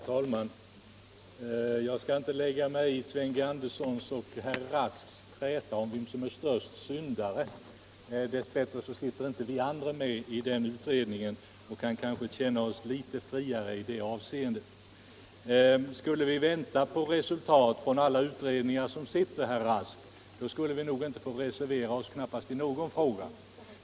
Herr talman! Jag skall inte lägga mig i herr Anderssons och herr Rasks träta om vem som är störst syndare — dess bättre sitter inte vi andra med i utredningen och kan kanske därför känna oss litet friare. Skulle vi vänta på resultat från alla utredningar, herr Rask, skulle vi knappast kunna reservera Oss i någon fråga.